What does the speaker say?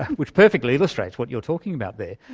which perfectly illustrates what you're talking about there.